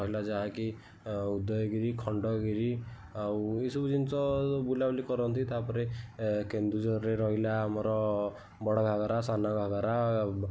ରହିଲା ଯାହାକି ଉଦୟଗିରି ଖଣ୍ଡଗିରି ଆଉ ଏଇ ସବୁ ଜିନିଷ ବୁଲାବୁଲି କରନ୍ତି ତାପରେ କେନ୍ଦୁଝରରେ ରହିଲା ଆମର ବଡ଼ ଘାଘରା ସାନ ଘାଘରା